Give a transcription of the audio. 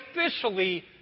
officially